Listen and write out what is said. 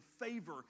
favor